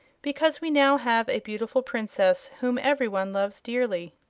because we now have a beautiful princess whom everyone loves dearly.